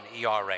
ERA